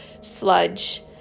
sludge